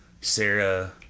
Sarah